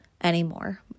anymore